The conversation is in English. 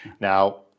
Now